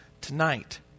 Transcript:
tonight